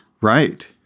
Right